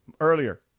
Earlier